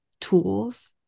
tools